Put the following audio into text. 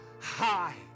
high